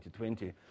2020